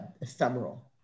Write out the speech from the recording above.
ephemeral